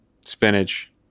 Spinach